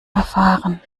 erfahren